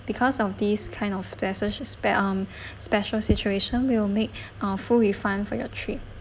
because of this kind of special spare um special situation we will make uh full refund for your trip